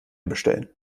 bestellen